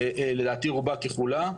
לדעתי רובה ככולה.